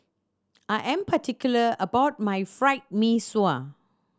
I am particular about my Fried Mee Sua